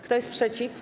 Kto jest przeciw?